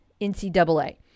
NCAA